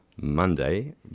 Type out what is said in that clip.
Monday